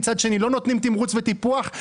מצד שני לא נותנים תמרוץ וטיפוח,